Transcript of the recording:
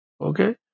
Okay